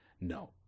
no